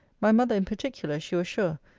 my mother in particular, she was sure,